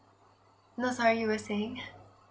no sorry you were saying